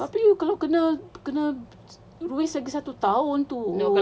tapi kalau kena kena waste lagi satu tahun tu